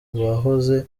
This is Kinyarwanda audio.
bahoze